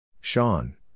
Sean